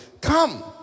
come